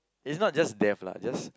it's not just death lah just